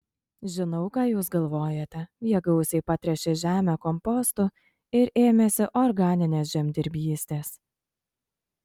žinau ką jūs galvojate jie gausiai patręšė žemę kompostu ir ėmėsi organinės žemdirbystės